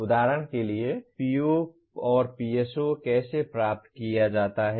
उदाहरण के लिए POPSO कैसे प्राप्त किया जाता है